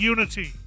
Unity